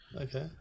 Okay